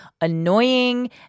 annoying